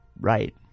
right